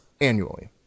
annually